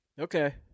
okay